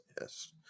yes